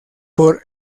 por